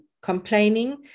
complaining